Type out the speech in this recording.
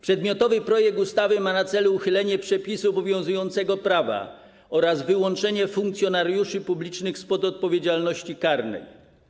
Przedmiotowy projekt ustawy ma na celu uchylenie przepisu obowiązującego prawa oraz wyłączenie funkcjonariuszy publicznych spod odpowiedzialności karnej.